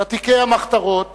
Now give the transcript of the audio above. ותיקי המחתרות